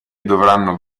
dovranno